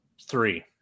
Three